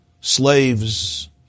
slaves